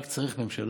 רק צריך ממשלה,